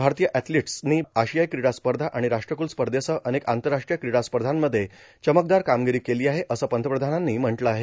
भारतीय एथलिटसनी आशियाई क्रीडा स्पर्धा आणि राष्ट्रकुल स्पर्धेसह अनेक आंतरराष्ट्रीय क्रीडास्पर्धामध्ये चमकदार कामगिरी केली आहे असं पंतप्रधानांनी म्हटलं आहे